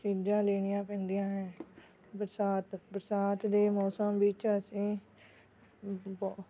ਚੀਜ਼ਾਂ ਲੈਣੀਆਂ ਪੈਂਦੀਆਂ ਹੈ ਬਰਸਾਤ ਬਰਸਾਤ ਦੇ ਮੌਸਮ ਵਿੱਚ ਅਸੀਂ ਬਹੁ